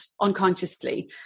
unconsciously